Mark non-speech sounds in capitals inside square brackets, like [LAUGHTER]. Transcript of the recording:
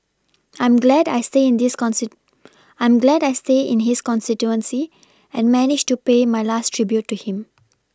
I'm glad I stay in this [UNINTELLIGIBLE] I'm glad I stay in his constituency and managed to pay my last tribute to him